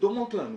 דומות לנו,